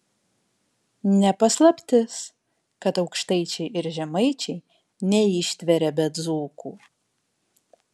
ne paslaptis kad aukštaičiai ir žemaičiai neištveria be dzūkų